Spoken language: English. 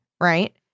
right